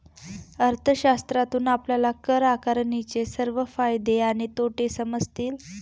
अर्थशास्त्रातून आपल्याला कर आकारणीचे सर्व फायदे आणि तोटे समजतील